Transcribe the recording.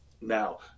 now